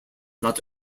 not